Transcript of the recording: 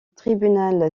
tribunal